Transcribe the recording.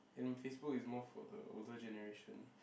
and Facebook is more for the older generation